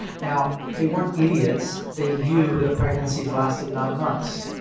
now, they weren't idiots, they knew that pregnancies lasted nine months.